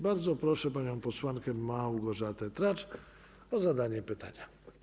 Bardzo proszę panią posłankę Małgorzatę Tracz o zadanie pytania.